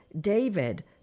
David